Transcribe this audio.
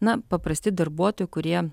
na paprasti darbuotojai kurie